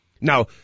Now